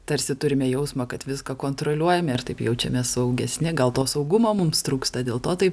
tarsi turime jausmą kad viską kontroliuojame ir taip jaučiamės saugesni gal to saugumo mums trūksta dėl to taip